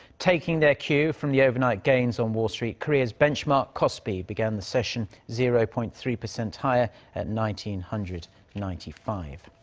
taking their cue from the overnight gains on wall street, korea's benchmark kospi began the session zero-point-three percent higher at nineteen hundred ninety five.